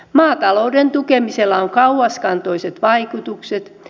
maatalouden tukemisella on kauaskantoiset vaikutukset